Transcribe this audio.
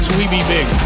WeBeBig